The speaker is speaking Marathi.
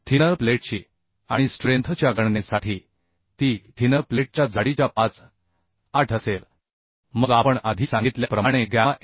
थिनर प्लेटची आणि स्ट्रेंथ च्या गणनेसाठी ती थिनर प्लेटच्या जाडीच्या 58असेल मग आपण आधी सांगितल्याप्रमाणे गॅमा mw